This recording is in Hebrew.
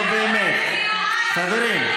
נו, באמת, חברים.